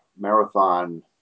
marathon